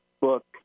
book